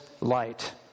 light